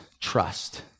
trust